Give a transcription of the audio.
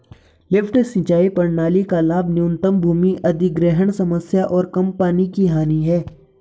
lift सिंचाई प्रणाली का लाभ न्यूनतम भूमि अधिग्रहण समस्या और कम पानी की हानि है